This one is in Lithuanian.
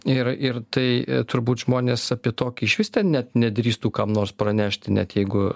ir ir tai turbūt žmonės apie tokį išvis ten net nedrįstų kam nors pranešti net jeigu